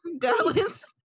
Dallas